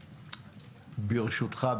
ברשותך,